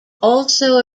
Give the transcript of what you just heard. also